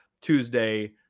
Tuesday